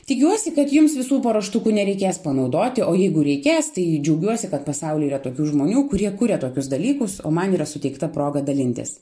tikiuosi kad jums visų paruoštukų nereikės panaudoti o jeigu reikės tai džiaugiuosi kad pasauly yra tokių žmonių kurie kuria tokius dalykus o man yra suteikta proga dalintis